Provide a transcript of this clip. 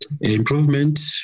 Improvement